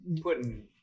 putting